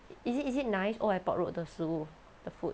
is it is it nice old airport road 的食物 the food